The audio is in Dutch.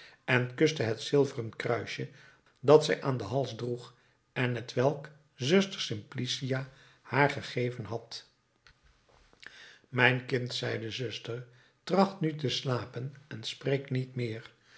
en kuste het zilveren kruisje dat zij aan den hals droeg en t welk zuster simplicia haar gegeven had mijn kind zei de zuster tracht nu te slapen en spreek niet meer